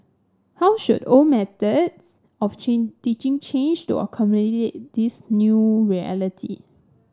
how should old methods of teaching change to accommodate this new reality